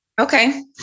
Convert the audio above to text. Okay